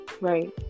Right